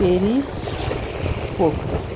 Paris Pokhara